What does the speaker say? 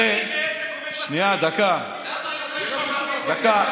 אם עסק עומד בתנאים, שנייה, דקה, דקה.